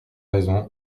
raison